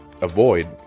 avoid